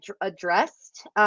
addressed